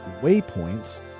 waypoints